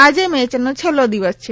આજે મેચનો છેલ્લો દિવસ છે